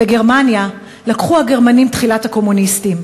בגרמניה לקחו הגרמנים תחילה את הקומוניסטים,